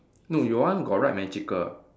no your one got write magical